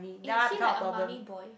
eh is he like a mummy boy